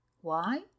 Why